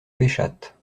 pêchâtes